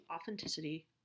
authenticity